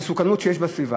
המסוכנות שיש בסביבה.